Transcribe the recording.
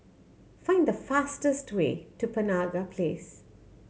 find the fastest way to Penaga Place